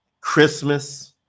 Christmas